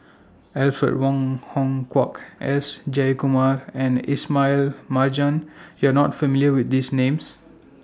Alfred Wong Hong Kwok S Jayakumar and Ismail Marjan YOU Are not familiar with These Names